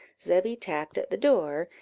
zebby tapped at the door,